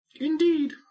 Indeed